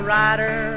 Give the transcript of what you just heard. rider